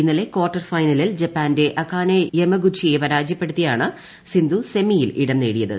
ഇന്നലെ ക്വാർട്ടർ ഫൈനലിൽ ജപ്പാന്റെ അകാനെ യമഗുച്ചിയെ പരാജയപ്പെടുത്തിയാണ് സിന്ധു സെമിയിൽ ഇടം നേടിയത്